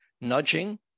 nudging